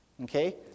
Okay